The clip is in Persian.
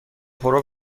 پرو